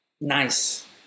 nice